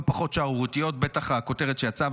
לא פחות שערורייתיות, בטח הכותרת שיצאה.